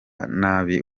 nabi